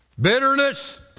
bitterness